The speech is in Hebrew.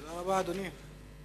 תודה רבה, אדוני.